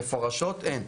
מפורשות אין.